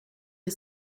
you